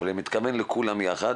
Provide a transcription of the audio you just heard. אבל אני מתכוון לכולם יחד